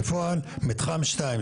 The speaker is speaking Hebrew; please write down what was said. בפועל מתחם 2,